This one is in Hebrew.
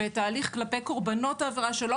ואת ההליך כלפי קורבנות העבירה שלא